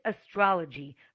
astrology